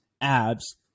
abs